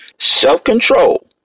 self-control